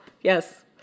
yes